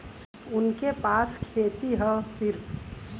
उनके पास खेती हैं सिर्फ